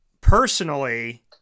personally